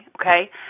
okay